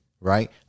right